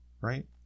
Right